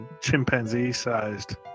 chimpanzee-sized